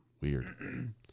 Weird